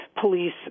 police